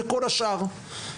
וכל השאר.